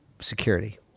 security